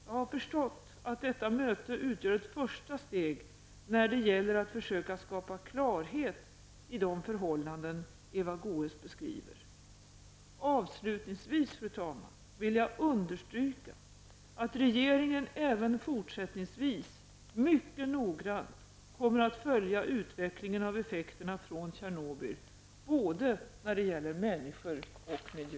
Jag har förstått att detta möte utgör ett första steg när det gäller att försöka skapa klarhet i de förhållanden som Eva Avslutningsvis, fru talman, vill jag understryka att regeringen även fortsättningsvis mycket noggrant kommer att följa utvecklingen av effekterna från Tjernobyl, när det gäller både människor och miljö.